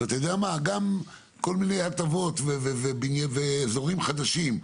גם כל מיני הטבות ואזורים חדשים,